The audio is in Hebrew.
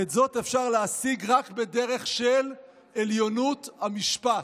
"אפשר להשיג רק בדרך של 'עליונות המשפט'".